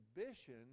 ambition